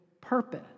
purpose